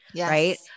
right